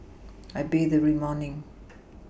I bathe every morning